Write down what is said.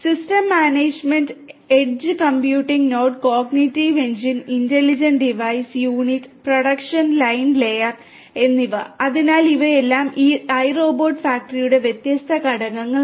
system management ഫാക്ടറിയുടെ വ്യത്യസ്ത ഘടകങ്ങളാണ്